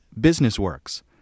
BusinessWorks